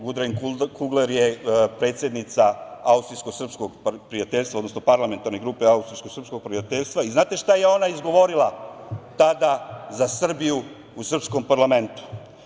Gudren Kugler je predsednica austrijsko-srpskog prijateljstva, odnosno parlamentarne grupe austrijsko-sprskog prijateljstva i znate šta je ona izgovorila tada za Srbiju u srpskom parlamentu.